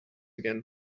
again